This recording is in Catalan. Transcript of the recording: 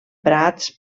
prats